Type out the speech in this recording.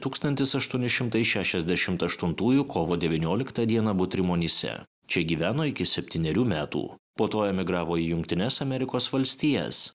tūkstantis aštuoni šimtai šešiasdešimt aštuntųjų kovo devynioliktą dieną butrimonyse čia gyveno iki septynerių metų po to emigravo į jungtines amerikos valstijas